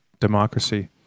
democracy